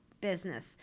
business